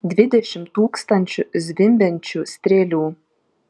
dvidešimt tūkstančių zvimbiančių strėlių